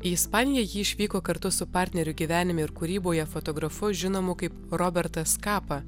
į ispaniją ji išvyko kartu su partneriu gyvenime ir kūryboje fotografu žinomu kaip robertas kapa